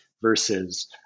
versus